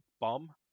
bomb